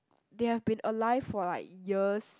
they have been alive for like years